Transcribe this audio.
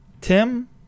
Tim